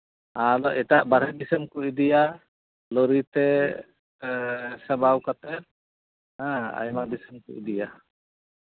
ᱟᱫᱚ ᱮᱴᱟᱜ ᱵᱟᱦᱚᱨᱮ ᱫᱤᱥᱚᱢ ᱠᱚ ᱤᱫᱤᱭᱟ ᱞᱚᱨᱤᱛᱮ ᱥᱟᱢᱵᱟᱣ ᱠᱟᱛᱮᱜ ᱦᱮᱸ ᱟᱭᱢᱟ ᱫᱚᱥᱚᱢ ᱠᱚ ᱤᱫᱤᱭ ᱜᱮᱭᱟ